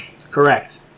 Correct